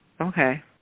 Okay